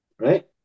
right